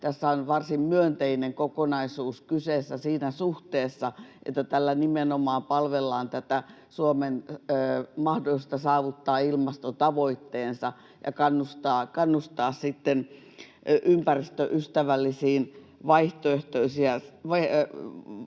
kyseessä varsin myönteinen kokonaisuus siinä suhteessa, että tällä nimenomaan palvellaan Suomen mahdollisuutta saavuttaa ilmastotavoitteensa ja kannustetaan ympäristöystävällisten vaihtoehtoisten